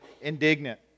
indignant